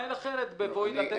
להתנהל אחרת בבואי לתת את ההלוואה.